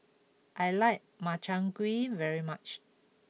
I like Makchang Gui very much